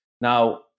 Now